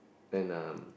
and um